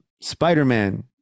spider-man